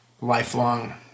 lifelong